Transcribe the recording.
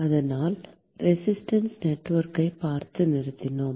அதனால் ரெசிஸ்டன்ஸ் நெட்வொர்க்கைப் பார்த்து நிறுத்தினோம்